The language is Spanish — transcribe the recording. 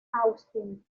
austin